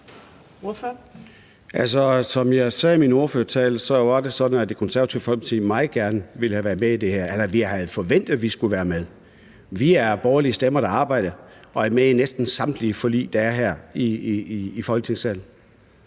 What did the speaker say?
som jeg sagde i min ordførertale, var det sådan, at Det Konservative Folkeparti meget gerne ville have været med i det her – eller vi havde forventet, at vi skulle være med. Vi er borgerlige stemmer, der arbejder og er med i næsten samtlige forlig, der er her i Folketingssalen.